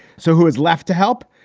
so who is left to help?